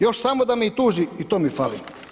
Još samo da me i tuži i to mi fali.